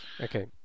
Okay